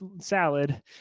salad